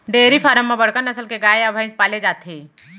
dairy farm म बड़का नसल के गाय या भईंस पाले जाथे